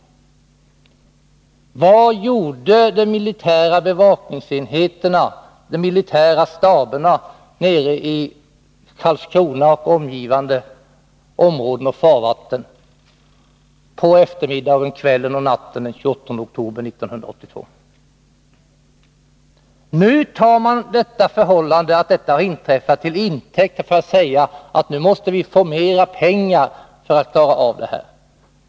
Vad gjorde de militära bevakningsenheterna, de militära staberna i Karlskrona och omgivande områden och farvatten på eftermiddagen, kvällen och natten den 28 oktober 1981? Nu tar man det inträffade till intäkt för att kräva mer pengar för att klara av sina bevakningsuppgifter.